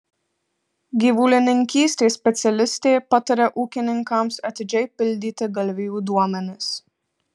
gyvulininkystės specialistė pataria ūkininkams atidžiai pildyti galvijų duomenis